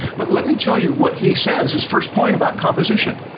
but let me tell you what he says, his first point about composition.